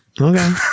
Okay